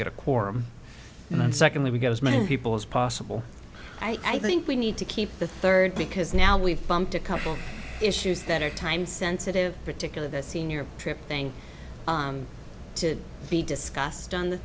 get a quorum and then secondly we get as many people as possible i think we need to keep the third because now we've bumped a couple issues that are time sensitive particular the senior trip thing to be discussed on the